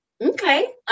Okay